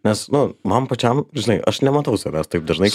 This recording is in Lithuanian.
nes nu man pačiam žinai aš nematau savęs taip dažnai